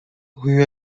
rue